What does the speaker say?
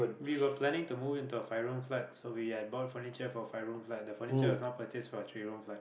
we were planning to move into a five room flat so we had bought furniture for five room flat the furniture was not purchased for a three room flat